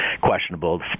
questionable